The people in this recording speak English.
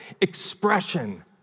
expression